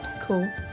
Cool